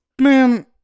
man